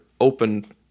open